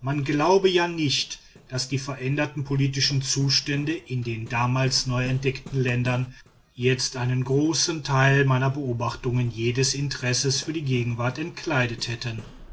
man glaube ja nicht das die veränderten politischen zustände in den damals neuentdeckten ländern jetzt einen großen teil meiner beobachtungen jedes interesses für die gegenwart entkleidet hätten